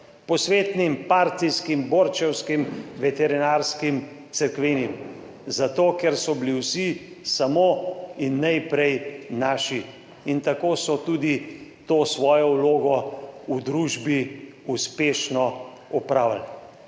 posvetnim, partijskim, borčevskim, veterinarskim, cerkvenim, zato, ker so bili vsi samo in najprej naši in tako so tudi to svojo vlogo v družbi uspešno opravili.